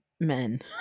men